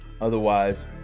Otherwise